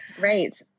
Right